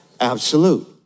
Absolute